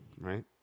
right